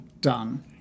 done